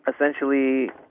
essentially